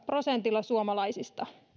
prosentilla suomalaisista